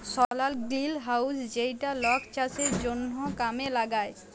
সলার greenhouse যেইটা লক চাষের জনহ কামে লাগায়